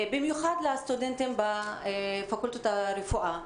במיוחד לסטודנטים בפקולטות לרפואה,